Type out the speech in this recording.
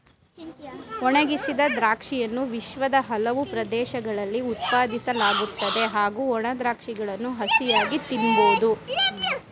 ಒಣಗಿಸಿದ ದ್ರಾಕ್ಷಿಯನ್ನು ವಿಶ್ವದ ಹಲವು ಪ್ರದೇಶಗಳಲ್ಲಿ ಉತ್ಪಾದಿಸಲಾಗುತ್ತದೆ ಹಾಗೂ ಒಣ ದ್ರಾಕ್ಷಗಳನ್ನು ಹಸಿಯಾಗಿ ತಿನ್ಬೋದು